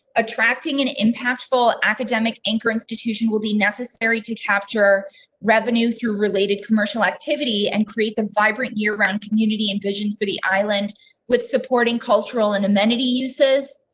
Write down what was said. attracting an impactful academic anchor. institution will be necessary to capture revenue through related commercial activity and create the vibrant year round community envision for the island with supporting cultural and amenity uses.